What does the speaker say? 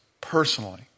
personally